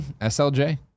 SLJ